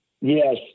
Yes